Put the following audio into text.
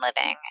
living